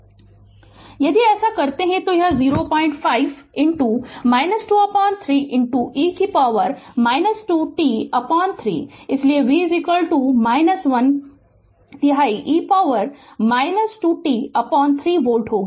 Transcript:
Refer Slide Time 1832 यदि ऐसा करते हैं तो यह 05 2 3 e से पॉवर - 2 t 3 इसलिए V 1 तिहाई e पॉवर 2 t 3 वोल्ट होगा